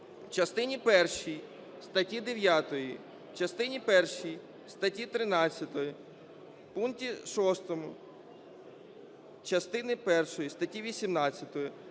частині першій статті 9, в частині першій статті 13, в пункті 6 частини першої статті 18,